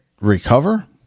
recover